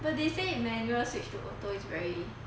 but they say manual switch to auto is very